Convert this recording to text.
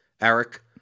Eric